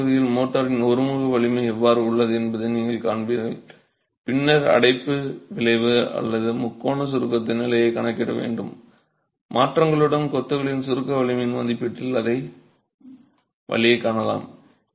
அடுத்த தொகுதியில் மோர்டாரின் ஒருமுக வலிமை எவ்வாறு உள்ளது என்பதை நீங்கள் காண்பீர்கள் பின்னர் அடைப்பு விளைவு அல்லது முக்கோண சுருக்கத்தின் நிலையைக் கணக்கிட தேவையான மாற்றங்களுடன் கொத்துகளின் சுருக்க வலிமையின் மதிப்பீட்டில் அதன் வழியைக் காணலாம்